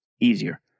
easier